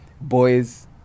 boys